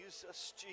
Jesus